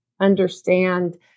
understand